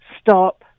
stop